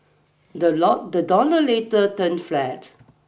the dollar later turned flat